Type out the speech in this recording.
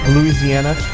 Louisiana